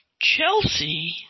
Chelsea